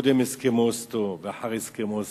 קודם הסכם אוסלו ואחרי הסכם אוסלו.